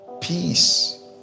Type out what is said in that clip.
peace